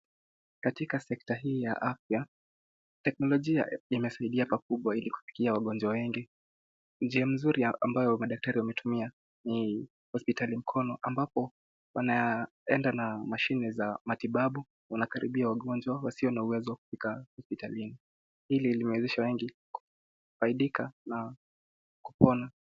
Katika sekta hii ya afya, teknolojia imesaidia pakubwa ili kufikia wagonjwa wengi. Njia mzuri ambayo madaktari wametumia ni hospitali mkono ambapo wanaenda na mashine za matibabu, wanakaribia wagonjwa wasio na uwezo wa kufika hospitalini. Hili limewezesha wengi kufaidika na kupona.